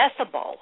accessible